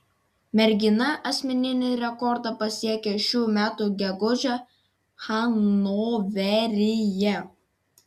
mergina asmeninį rekordą pasiekė šių metų gegužę hanoveryje